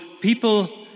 people